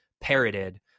parroted